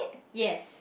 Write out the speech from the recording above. yes